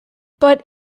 but